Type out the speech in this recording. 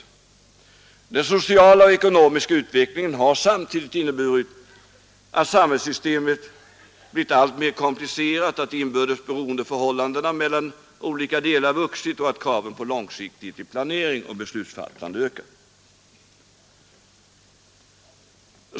Torsdagen den Den sociala och ekonomiska utvecklingen har samtidigt inneburit att 14 december 1972 samhällssystemet blivit alltmer komplicerat, att de inbördes beroendefö hållandena mellan olika delar har vuxit och att kraven på långsiktig planering och beslutsfattande ökat.